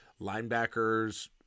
linebackers